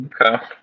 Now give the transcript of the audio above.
Okay